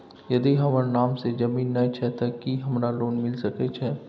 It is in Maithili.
यदि हमर नाम से ज़मीन नय छै ते की हमरा लोन मिल सके छै?